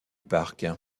parc